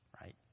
right